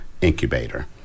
incubator